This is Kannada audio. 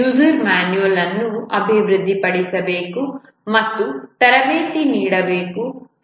ಯೂಸರ್ ಮಾನ್ಯುಯಲ್ ಅನ್ನು ಅಭಿವೃದ್ಧಿಪಡಿಸಬೇಕು ಮತ್ತು ತರಬೇತಿ ನೀಡಬೇಕು